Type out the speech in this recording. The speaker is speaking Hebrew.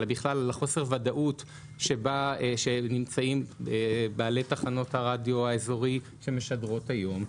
על חוסר הוודאות שבו נמצאים בעלי תחנות הרדיו האזורי שמשדרות היום.